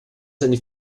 seine